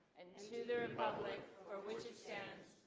and to the republic for which it stands,